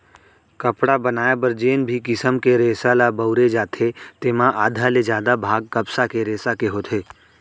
कपड़ा बनाए बर जेन भी किसम के रेसा ल बउरे जाथे तेमा आधा ले जादा भाग कपसा के रेसा के होथे